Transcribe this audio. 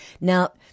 Now